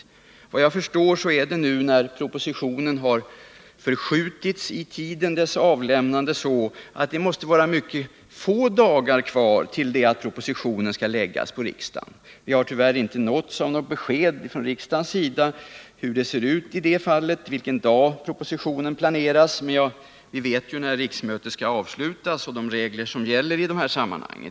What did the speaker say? Såvitt jag förstår är det så, när propositionens avlämnande nu har förskjutits i tiden, att det måste vara mycket få dagar kvar till dess att propositionen skall läggas fram för riksdagen. Vi här i riksdagen har tyvärr inte nåtts av något besked om vilken dag man planerar att lägga fram propositionen, men vi vet när riksmötet skall avslutas och vilka regler som gäller i dessa sammanhang.